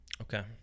Okay